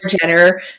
jenner